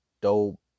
dope